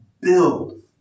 build